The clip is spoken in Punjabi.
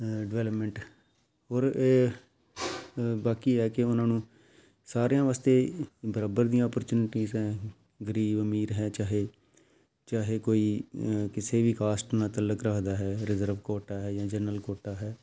ਡਿਵੈਲਪਮੈਂਟ ਔਰ ਇਹ ਬਾਕੀ ਹੈ ਕਿ ਉਹਨਾਂ ਨੂੰ ਸਾਰਿਆਂ ਵਾਸਤੇ ਬਰਾਬਰ ਦੀਆਂ ਔਪਰਚੁਨਿਟੀਜ ਹੈ ਗਰੀਬ ਅਮੀਰ ਹੈ ਚਾਹੇ ਚਾਹੇ ਕੋਈ ਕਿਸੇ ਵੀ ਕਾਸਟ ਨਾਲ ਤਅੱਲਕ ਰੱਖਦਾ ਹੈ ਰਿਜਰਵ ਕੋਟਾ ਹੈ ਜਾਂ ਜਰਨਲ ਕੋਟਾ ਹੈ